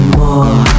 more